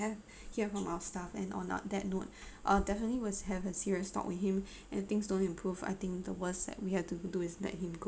have from our staff and uh on that note ah definitely was have a serious talk with him and things don't improve I think the worst that we have to do is let him go